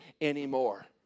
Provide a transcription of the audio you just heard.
anymore